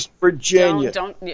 Virginia